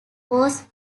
force